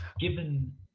given